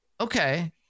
Okay